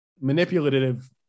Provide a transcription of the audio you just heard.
manipulative